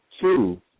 Two